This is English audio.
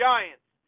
Giants